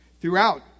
throughout